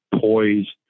poised